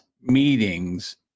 meetings